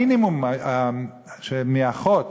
המינימום מאחות,